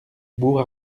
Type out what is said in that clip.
bourg